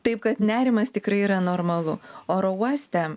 taip kad nerimas tikrai yra normalu oro uoste